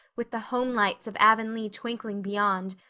with the homelights of avonlea twinkling beyond,